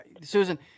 Susan